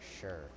sure